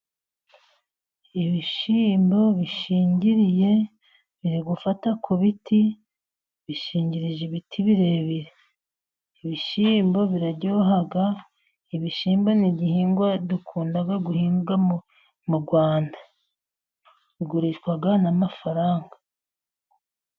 Ibishyimbo bishingiriye biri gufata ku biti bishingirije ibiti birebire, ibishyimbo biraryoha, ibishyimbo n'igihingwa dukunda guhinga mu Rwanda, bigurishwa n'amafaranga.